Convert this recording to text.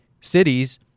cities